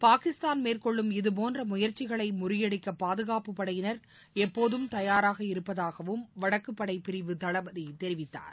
பாகிஸ்தான் மேற்கொள்ளும் இதுபோன்ற முயற்சிகளை முறியடிக்க பாதுகாப்பு படையினர் எப்போதும் தயாராக இருப்பதாகவும் வடக்கு படை பிரிவு தளபதி தெரிவித்தார்